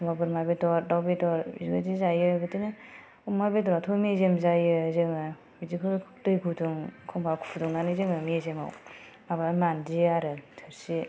एखमबा बोरमा बेदर दाव बेदर बेबादि जायो बिदिनो अमा बेदराथ मेजेम जायो जोङो बिदिखौ दै गुदुं एखमबा फुदुंनानै जों मेजेमाव माबा मानजियो आरो थोरसि